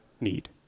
need